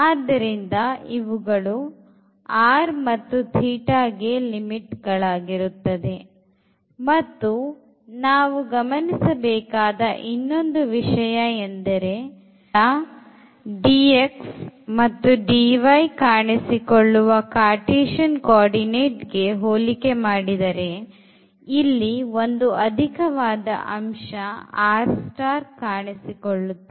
ಆದ್ದರಿಂದ ಇವುಗಳು r ಮತ್ತುθ ಗೆ ಲಿಮಿಟ್ ಆಗಿರುತ್ತದೆ ಮತ್ತು ನಾವು ಗಮನಿಸಬೇಕಾದ ಇನ್ನೊಂದು ವಿಷಯ ಎಂದರೆ ಕೇವಲ dx ಮತ್ತು dy ಕಾಣಿಸಿಕೊಳ್ಳುವ cartesian coordinateಗೆ ಹೋಲಿಕೆ ಮಾಡಿದರೆ ಇಲ್ಲಿ ಒಂದು ಅಧಿಕವಾದ ಅಂಶ r ಕಾಣಿಸಿಕೊಳ್ಳುತ್ತದೆ